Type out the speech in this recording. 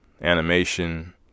animation